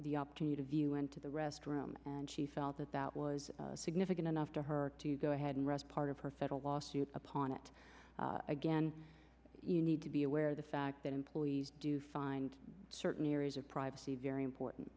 the opportunity to view into the restroom and she felt that that was significant enough to her to go ahead and arrest part of her federal lawsuit upon it again you need to be aware of the fact that employees do find certain areas of privacy very important